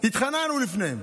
התחננו לפניהם